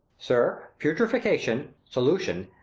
sir, putrefaction, solution,